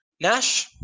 nash